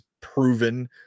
proven